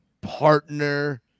partner